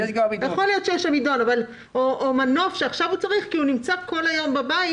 או מנוף שעכשיו הוא צריך כי הוא נמצא כל היום בבית